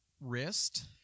wrist